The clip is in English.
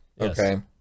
Okay